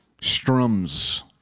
Strums